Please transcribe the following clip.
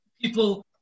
people